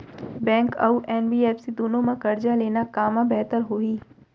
Bank अऊ NBFC दूनो मा करजा लेना कामा बेहतर होही?